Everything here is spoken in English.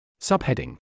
Subheading